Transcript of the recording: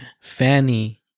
Fanny